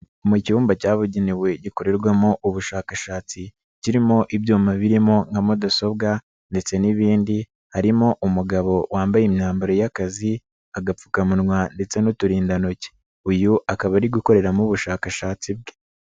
Mu cyumba cyabugenewe gikorerwamo ubushakashatsi kirimo ibyuma birimo nka mudasobwa ndetse n'ibindi, harimo umugabo wambaye imyambaro y'akazi agapfukamunwa ndetse n'uturindantoki, uyu akaba ari gukoreramo ubushakashatsi bwe.